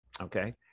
okay